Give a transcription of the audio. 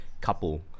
couple